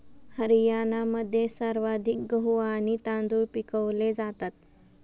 हरियाणामध्ये सर्वाधिक गहू आणि तांदूळ पिकवले जातात